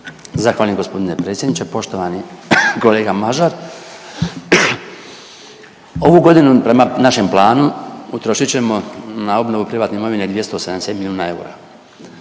Zahvaljujem gospodine predsjedniče. Poštovani kolega Mažar, ovu godinu prema našem planu utrošit ćemo na obnovu privatne imovine 270 milijuna eura,